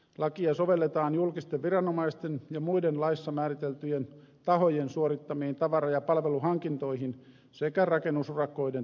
lakia sovelletaan julkisten viranomaisten ja muiden laissa määriteltyjen tahojen suorittamiin tavara ja palveluhankintoihin sekä rakennusurakoiden teettämiseen